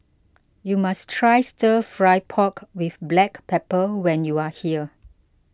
you must try Stir Fry Pork with Black Pepper when you are here